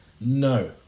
No